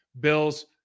Bills